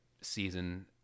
season